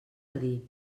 dir